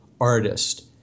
artist